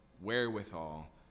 wherewithal